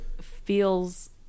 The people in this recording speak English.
feels